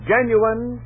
Genuine